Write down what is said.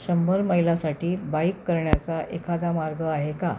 शंभर मैलासाठी बाईक करण्याचा एखादा मार्ग आहे का